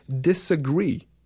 disagree